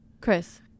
Chris